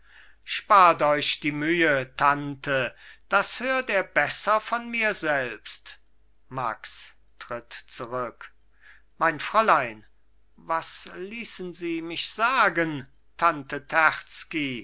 spart euch die mühe tante das hört er besser von mir selbst max tritt zurück mein fräulein was ließen sie mich sagen tante